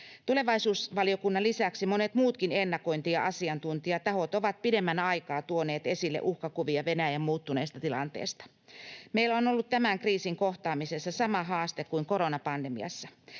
Tulevaisuusvaliokunnan lisäksi monet muutkin ennakointi- ja asiantuntijatahot ovat pidemmän aikaa tuoneet esille uhkakuvia Venäjän muuttuneesta tilanteesta. Meillä on ollut tämän kriisin kohtaamisessa sama haaste kuin koronapandemiassa: